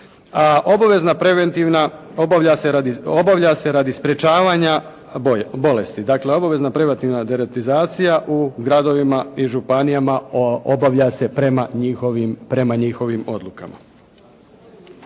Obavezna preventivna obavlja se radi sprečavanja bolesti. Dakle, obavezna preventivna deratizacija u gradovima i županijama obavlja se prema njihovim odlukama.